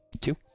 two